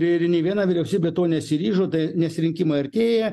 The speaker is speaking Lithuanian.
ir nė viena vyriausybė to nesiryžo tai nes rinkimai artėja